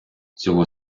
цього